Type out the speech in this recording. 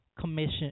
commission